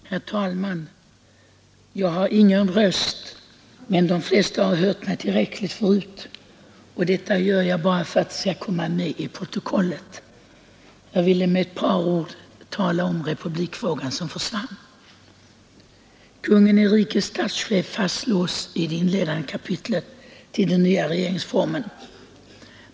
Herr talman! Jag har på grund av heshet ingen röst kvar i kväll. Men de flesta har hört mig tillräckligt förut, och detta anförande håller jag bara för att få ett par synpunkter med i protokollet. Jag vill med ett par ord tala om republikfrågan som försvann. Kungen är rikets statschef fastslås det i det inledande kapitlet till den nya regeringsformen.